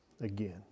again